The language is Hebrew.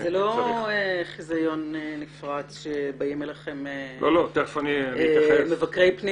זה לא חזיון נפרץ שבאים אליכם מבקרי פנים